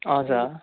हजुर